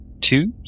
two